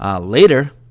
later